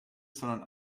sondern